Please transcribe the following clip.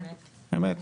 אמת.